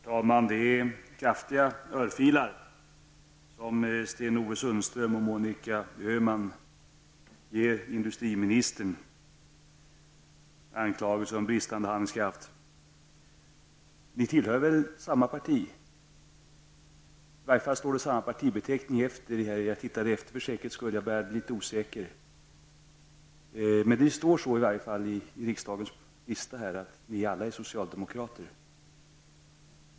Herr talman! Det är ordentliga örfilar som Sten Ove Sundström och Monica Öhman ger industriministern när de kommer med sina anklagelser om bristande handlingskraft. Men ni tillhör väl alla tre samma parti. I varje fall är det samma partibeteckning efter era namn i riksdagens förteckning. Alla tre är ni alltså socialdemokrater.